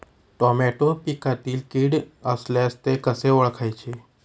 Tomato पिकातील कीड असल्यास ते कसे ओळखायचे?